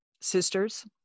sisters